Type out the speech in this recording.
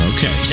Okay